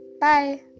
Bye